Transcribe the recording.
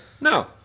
No